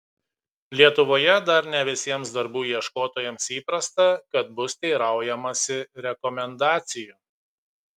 lietuvoje dar ne visiems darbų ieškotojams įprasta kad bus teiraujamasi rekomendacijų